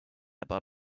about